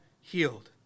healed